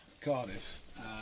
Cardiff